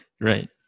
right